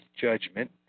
judgment